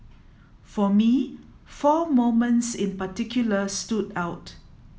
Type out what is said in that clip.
for me four moments in particular stood out